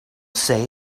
say